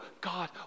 god